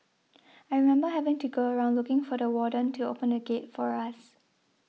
I remember having to go around looking for the warden to open the gate for us